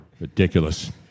Ridiculous